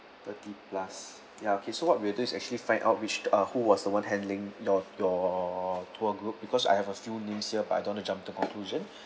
thirty plus ya okay so what we'll do is actually find out which uh who was the [one] handling your your tour group because I have a few names here but I don't want to jump to conclusion